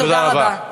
תודה רבה.